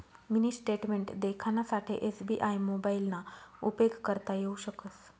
mini statement देखानासाठे SBI मोबाइलना उपेग करता येऊ शकस